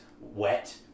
wet